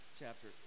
chapter